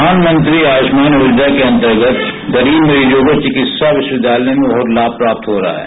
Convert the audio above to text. प्रधानमंत्री आयुष्मान योजना के अंतर्गत गरीब मरीजों को चिकित्सा विश्वविद्यालय में लाभ प्राप्त हो रहा है